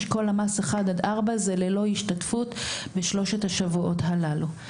אשכול למ"ס 1 עד 4 זה ללא השתתפות בשלושת השבועות הללו.